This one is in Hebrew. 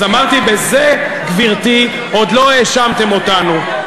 אז אמרתי, בזה, גברתי, עוד לא האשמתם אותנו.